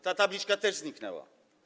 Ta tabliczka też zniknęła.